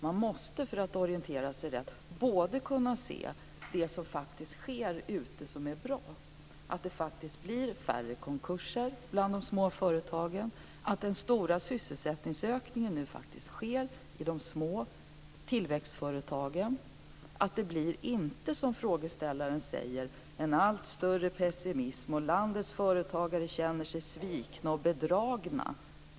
Man måste, för att orientera sig rätt, kunna se det som sker ute som är bra, t.ex. att det blir färre konkurser bland de små företagen och att den stora sysselsättningsökningen nu sker i de små tillväxtföretagen. Det blir inte, som frågeställaren säger, en allt större pessimism eller så att landets företagare känner sig svikna och bedragna.